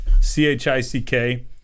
C-H-I-C-K